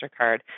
MasterCard